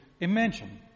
imagine